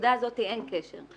בנקודה הזאת אין קשר.